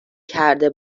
کرده